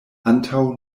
antaŭ